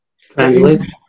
Translate